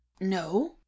No